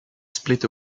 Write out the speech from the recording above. split